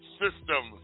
system